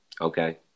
Okay